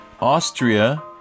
Austria